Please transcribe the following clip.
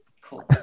Cool